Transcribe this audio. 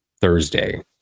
Thursday